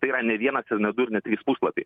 tai yra ne vienas ir ne du ir ne trys puslapiai